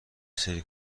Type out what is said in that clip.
سری